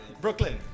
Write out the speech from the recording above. Brooklyn